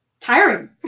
tiring